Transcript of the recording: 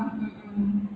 mmhmm